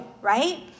Right